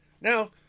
Now